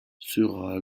sera